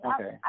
Okay